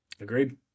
Agreed